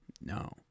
No